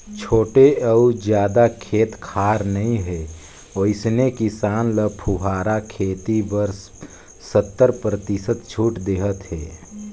छोटे अउ जादा खेत खार नइ हे वइसने किसान ल फुहारा खेती बर सत्तर परतिसत छूट देहत हे